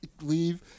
leave